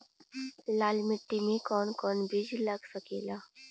लाल मिट्टी में कौन कौन बीज लग सकेला?